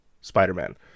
Spider-Man